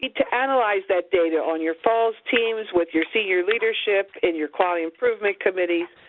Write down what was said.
to analyze that data on your falls teams, with your senior leadership, in your quality improvement committees.